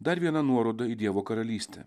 dar viena nuoroda į dievo karalystę